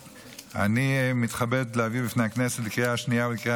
אני מתכבד להביא בפני הכנסת לקריאה השנייה ולקריאה